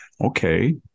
Okay